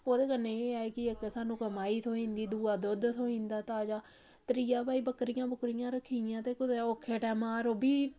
ओह्दे कन्नै एह् ऐ कि इक सानूं कमाई थ्होई जंदी दूआ दुद्ध थ्होई जंदा ताजा त्रिया भाई बक्करियां बुक्करियां रक्खी दियां ते कुतै औखे टैमा पर ओह् बी